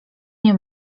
nie